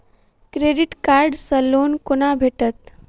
Credit card सँ loan कोना भेटत?